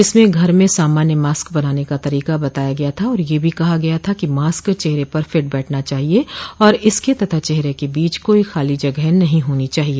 इसमें घर में सामान्य मास्क बनाने का तरीका बताया गया था और यह भी कहा गया था कि मास्क चेहरे पर फिट बैठना चाहिए और इसके तथा चेहरे के बीच कोई खाली जगह नहीं होना चाहिए